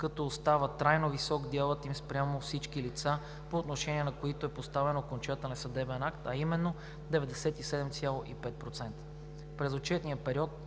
като остава трайно висок делът им спрямо всички лица, по отношение на които е постановен окончателен съдебен акт, а именно – 97,5%.